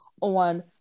on